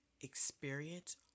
experience